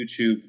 YouTube